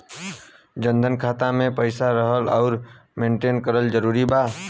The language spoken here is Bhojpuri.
जनधन खाता मे पईसा रखल आउर मेंटेन करल जरूरी बा?